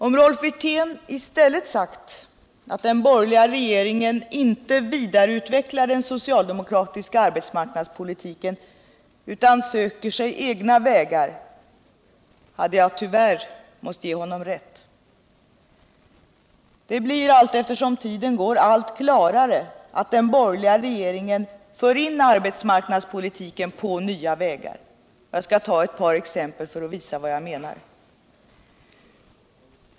Om Rolf Wirtén i stället hade sagt att den borgerliga regeringen inte vidareutvecklar den socialdemokratiska arbetsmarknadspolitiken utan söker sig egna vägar, hade jag tyvärr måst ge honom rätt. Det blir allteftersom tiden går allt klarare att den borgerliga regeringen för in arbetsmarknadspolitiken på nya vägar. Jag skall ta ett par exempel för att visa vad jag menar.